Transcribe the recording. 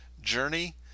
journey